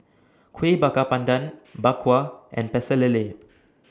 Kuih Bakar Pandan Bak Kwa and Pecel Lele